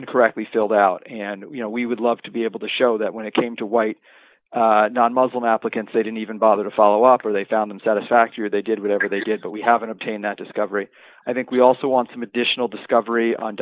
incorrectly filled out and you know we would love to be able to show that when it came to white non muslim applicants they didn't even bother to follow up or they found them satisfactory or they did whatever they did but we haven't obtained that discovery i think we also want some additional discovery on